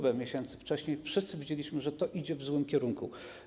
Wiele miesięcy wcześniej wszyscy wiedzieliśmy, że to idzie w złym kierunku.